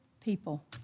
people